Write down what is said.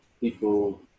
people